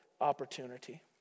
opportunity